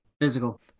Physical